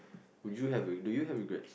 would you have do you have regrets